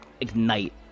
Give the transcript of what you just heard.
ignite